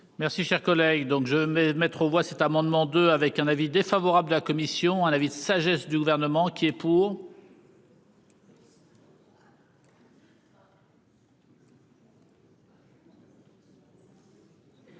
Merci cher collègue. Donc je me mettre aux voix cet amendement de avec un avis défavorable de la commission un avis de sagesse du gouvernement. Qui est pour.